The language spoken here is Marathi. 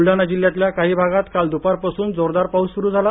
बुलढाणा जिल्ह्यातल्या काही भागात काल द्रपारपासून जोरदार पाऊस स्रू होता